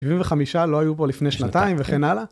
75' לא היו פה לפני שנתיים וכן הלאה.